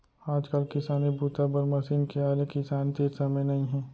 आजकाल किसानी बूता बर मसीन के आए ले किसान तीर समे नइ हे